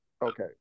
Okay